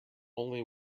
only